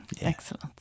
Excellent